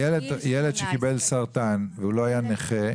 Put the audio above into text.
אבל ילד שחלה בסרטן ולא היה נכה?